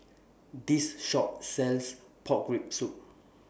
This Shop sells Pork Rib Soup